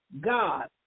God